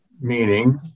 Meaning